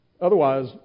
otherwise